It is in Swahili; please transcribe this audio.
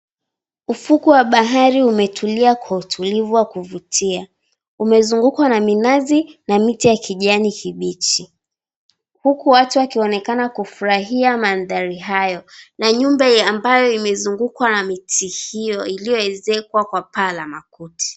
Ufukwe wa bahari umetulia kwa utulivu wa kuvutia. Umezungukwa na minazi na miti ya kijani kibichi huku watu wakionekana kufurahia mandhari hayo na nyumba ambayo imezungukwa na miti hiyo iliyoezekwa kwa paa la makuti.